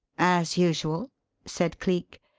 as usual said cleek.